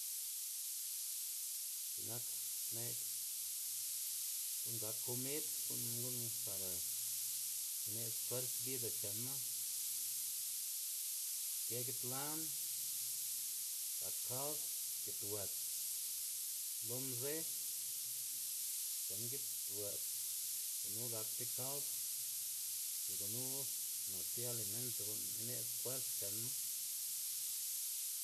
X̱i'k nak ne'g gu'n gak komid, gu'n gu'n para ine'dz fers bida chenma kë gitlan gak kald, gitwëts, lo mze chen gitwëts gunu gak ti kald y gunu nak ti alimento gu'n ine'dz fwers chenma.